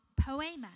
poema